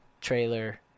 trailer